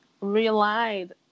relied